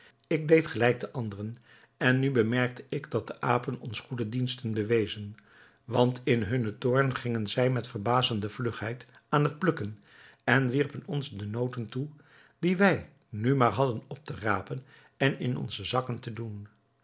ik deed gelijk de anderen en nu bemerkte ik dat de apen ons goede diensten bewezen want in hunnen toorn gingen zij met verbazende vlugheid aan het plukken en wierpen ons de noten toe die wij nu maar hadden op te rapen en in onze zakken te doen